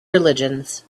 religions